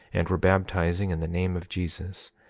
and were baptizing in the name of jesus,